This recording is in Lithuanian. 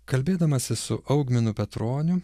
kalbėdamasis su augminu petroniu